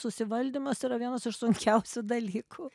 susivaldymas yra vienas iš sunkiausių dalykų